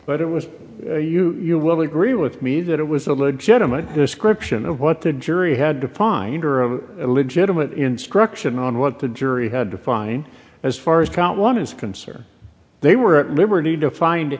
but it was you you will agree with me that it was a legitimate description of what the jury had to find or a legitimate instruction on what the jury had to fine as far as count one is concerned they were at liberty